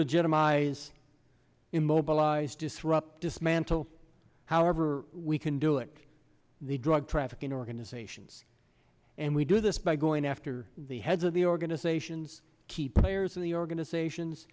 legitimize immobilize disrupt dismantle however we can do it the drug trafficking organizations and we do this by going after the heads of the organizations key players in the organizations